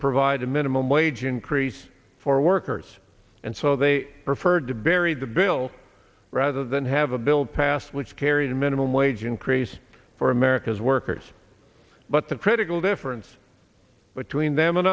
provide a minimum wage increase for workers and so they preferred to bury the bill rather than have a bill passed which carries a minimum wage increase for america's workers but the critical difference between them and